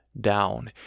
down